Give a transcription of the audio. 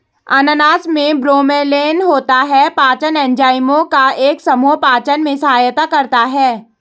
अनानास में ब्रोमेलैन होता है, पाचन एंजाइमों का एक समूह पाचन में सहायता करता है